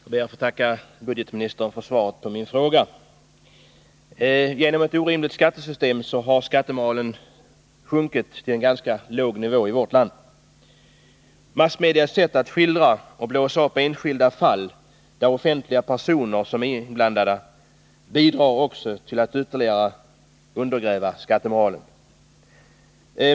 Herr talman! Jag ber att få tacka budgetministern för svaret på min fråga. På grund av ett orimligt skattesystem har skattemoralen i vårt land sjunkit tillen ganska låg nivå. Massmedias sätt att skildra och blåsa upp enskilda fall, i vilka offentliga personer är inblandade, bidrar också till att ytterligare undergräva skattemoralen.